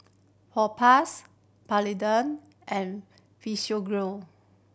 Propass Polident and Physiogel